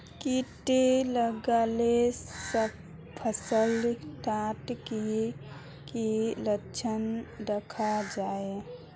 किट लगाले फसल डात की की लक्षण दखा जहा?